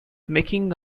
making